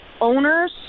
owners